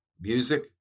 music